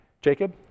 Jacob